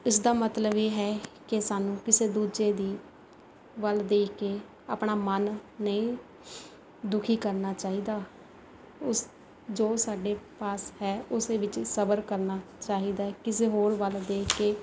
ਇਸ ਦਾ ਮਤਲਬ ਇਹ ਹੈ ਕਿ ਸਾਨੂੰ ਕਿਸੇ ਦੂਜੇ ਦੀ ਵੱਲ ਦੇਖ ਕੇ ਆਪਣਾ ਮਨ ਨਹੀਂ ਦੁਖੀ ਕਰਨਾ ਚਾਹੀਦਾ ਉਸ ਜੋ ਸਾਡੇ ਪਾਸ ਹੈ ਉਸੇ ਵਿੱਚ ਹੀ ਸਬਰ ਕਰਨਾ ਚਾਹੀਦਾ ਹੈ ਕਿਸੇ ਹੋਰ ਵੱਲ ਦੇਖ ਕੇ